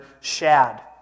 shad